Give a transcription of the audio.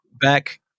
back